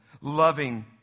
loving